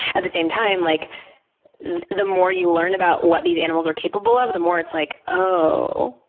at the same time, like the more you learn about what these animals are capable of, the more it's like, oh.